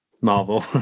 Marvel